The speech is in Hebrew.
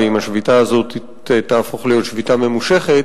ואם השביתה הזאת תהפוך להיות שביתה ממושכת,